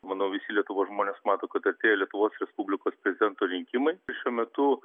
manau visi lietuvos žmonės mato kad artėja lietuvos respublikos prezidento rinkimai šiuo metu